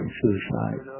suicide